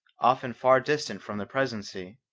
often far distant from the present sea.